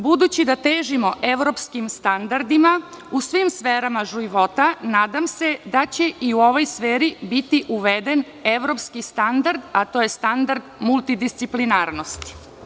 Budući da težimo evropskim standardima u svim sferama života, nadam se da će i u ovoj sferi biti uveden evropski standard, a to je standard multidisciplinarnosti.